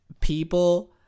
people